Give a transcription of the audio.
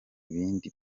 ibindi